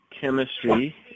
chemistry